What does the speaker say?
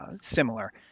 similar